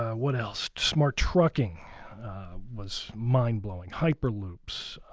what else? smart trucking was mind-blowing hyperloops.